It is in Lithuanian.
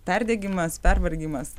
perdegimas pervargimas